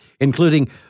including